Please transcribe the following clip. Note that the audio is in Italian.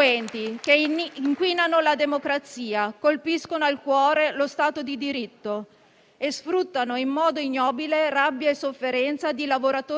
Prima di concludere il mio intervento, mi sia permesso un sincero e profondo ringraziamento alle donne e agli uomini delle Forze dell'ordine: padri, madri, fratelli e sorelle